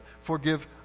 Forgive